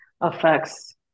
affects